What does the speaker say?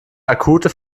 akute